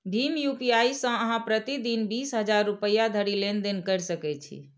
भीम UPI सं अहां प्रति दिन बीस हजार रुपैया धरि लेनदेन कैर सकै छी